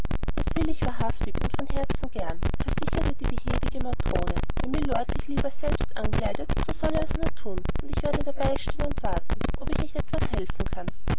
das will ich wahrhaftig und von herzen gern versicherte die behäbige matrone wenn mylord sich lieber selbst ankleidet soll er's nur thun und ich werde dabei stehen und warten ob ich nicht etwas helfen kann